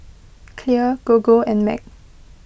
Clear Gogo and Mac